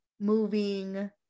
moving